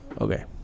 Okay